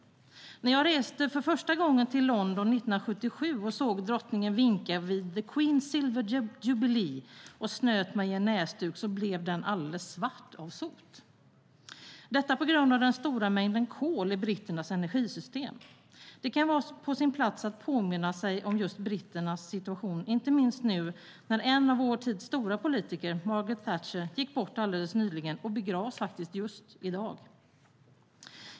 När jag för första gången reste till London 1977 och såg drottningen vinka vid The Queen's Silver Jubilee och snöt mig i en näsduk blev den alldeles svart av sot, detta på grund av den stora mängden kol i britternas energisystem. Det kan vara på sin plats att påminna sig om just britternas situation, inte minst nu när en av vår tids stora politiker, Margaret Thatcher, gick bort alldeles nyligen och begravs just i dag.